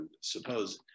suppose